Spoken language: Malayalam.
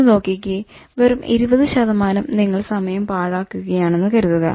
ഒന്ന് നോക്കിക്കേ വെറും 20 നിങ്ങൾ സമയം പാഴാക്കുകയാണെന്ന് കരുതുക